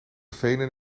venen